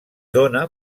dóna